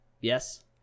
Yes